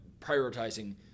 prioritizing